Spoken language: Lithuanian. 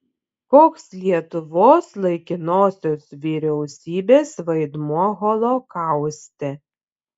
koks lietuvos laikinosios vyriausybės vaidmuo holokauste